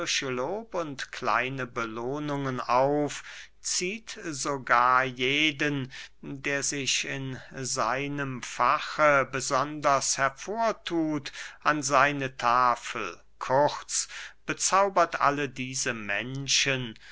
lob und kleine belohnungen auf zieht sogar jeden der sich in seinem fache besonders hervorthut an seine tafel kurz bezaubert alle diese menschen